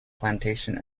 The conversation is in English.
plantation